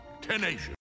tenacious